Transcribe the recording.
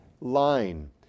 line